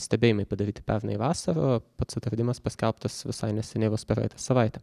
stebėjimai padaryti pernai vasarą o pats atradimas paskelbtas visai neseniai vos per savaitę